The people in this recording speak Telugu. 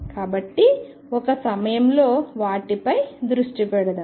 కాబట్టి ఒక సమయంలో వాటిపై దృష్టి పెడదాం